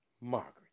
Margaret